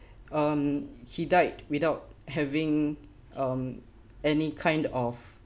um he died without having um any kind of